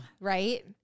right